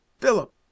Philip